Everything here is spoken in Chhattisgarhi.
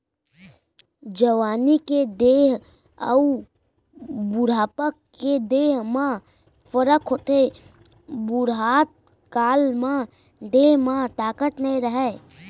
जवानी के देंह अउ बुढ़ापा के देंह म फरक होथे, बुड़हत काल म देंह म ताकत नइ रहय